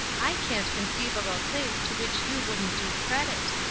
i can't conceive of a place to which you wouldn't do credit.